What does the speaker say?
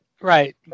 Right